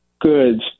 goods